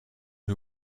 who